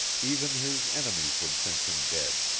even his enemies would think him dead.